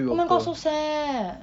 oh my god so sad